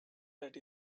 that